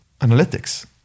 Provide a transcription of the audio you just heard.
analytics